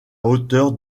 hauteur